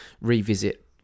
revisit